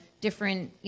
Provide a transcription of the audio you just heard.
different